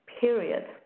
period